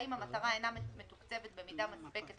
האם המטרה אינה מתוקצבת במידה מספקת